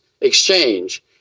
exchange